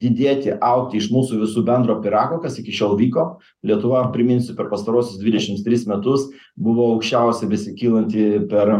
įdėti augti iš mūsų visų bendro pyrago kas iki šiol vyko lietuva priminsiu per pastaruosius dvidešims tris metus buvo aukščiausia besikylanti per